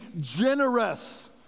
generous